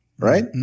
right